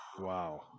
Wow